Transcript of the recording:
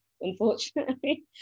unfortunately